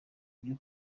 byo